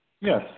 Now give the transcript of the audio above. Yes